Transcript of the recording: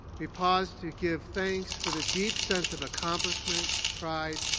we pause to give thanks for the deep sense of accomplishment, pride,